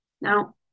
now